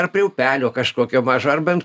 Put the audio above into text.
ar prie upelio kažkokio mažo ar bent